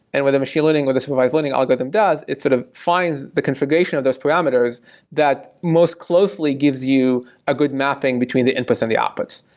and the machine learning or the supervised learning algorithm does, it sort of finds the configuration of those parameters that most closely gives you a good mapping between the inputs and the outputs.